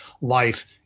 life